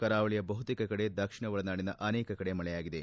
ಕರಾವಳಿಯ ಬಹುತೇಕ ಕಡೆ ದಕ್ಷಿಣ ಒಳನಾಡಿನ ಅನೇಕ ಕಡೆ ಮಳೆಯಾಗಿದೆ